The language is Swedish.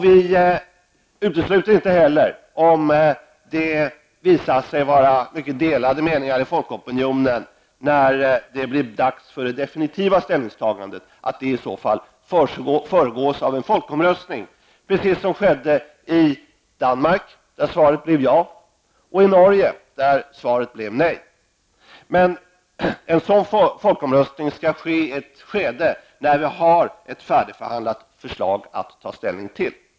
Vi utesluter inte heller en folkomröstning, om det visar sig finnas många delade meningar i folkopinionen när det blir dags för ett definitivt ställningstagande. Det var vad som skedde i Danmark, där svaret blev ja, och i Norge, där svaret blev nej. En folkomröstning skall ske i ett skede då vi har ett färdigförhandlat förslag att ta ställning till.